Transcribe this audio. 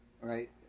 right